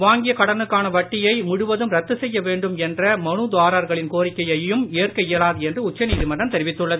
வாங்கியகடனுக்கானவட்டியைமுழுவதும்ரத்துசெய்யவேண்டும் என்ற மனுதாரர்களின் கோரிக்கையும் ஏற்க இயலாதுஎன்றுஉச்சநீதிமன்றம்தெரிவித்துள்ளது